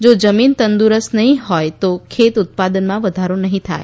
જો જમીન તંદુરસ્ત નહી હોય તો ખેત ઉત્પાદનમાં વધારો નહી થાય